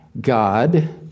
God